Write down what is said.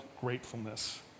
gratefulness